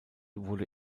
wurde